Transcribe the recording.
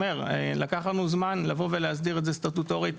לקח לנו זמן לבוא ולהסדיר את זה סטטוטורית.